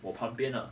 我旁边啦